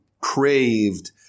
craved